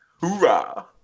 Hoorah